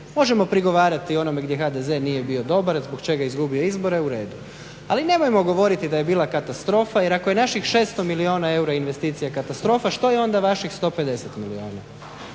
Možemo prigovarati o onome u čemu HDZ nije bio dobar, zbog čega je izgubio izbore u redu, ali nemojmo govoriti da je bila katastrofa jer ako je naših 600 milijuna eura investicija katastrofa što je onda vaših 150 milijuna?